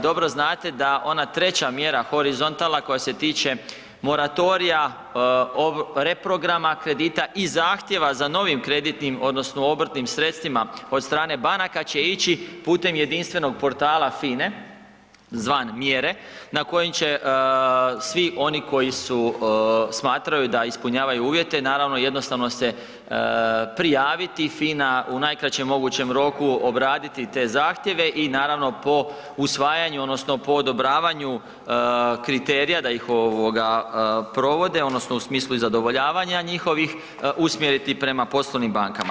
Dobro znate da ona treća mjera horizontalna koja se tiče moratorija, reprograma kredita i zahtjeva za novim kreditnim odnosno obrtnim sredstvima od strane banaka će ići putem jedinstvenog portala FINA-e, zvan mjere, na koji će svi oni koji su smatrali da ispunjavali uvjete, naravno jednostavno se prijaviti, FINA u najkraćem mogućem roku obraditi te zahtjeve i naravno po usvajanju odnosno po odobravanju kriterija da ih ovoga provode odnosno u smislu i zadovoljavanja njihovih, usmjeriti prema poslovnim bankama.